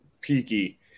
peaky